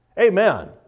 Amen